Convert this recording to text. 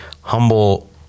humble